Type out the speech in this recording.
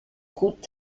routes